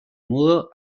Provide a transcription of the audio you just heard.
mudo